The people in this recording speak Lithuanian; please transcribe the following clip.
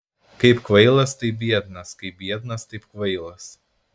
kaip kvailas taip biednas kaip biednas taip kvailas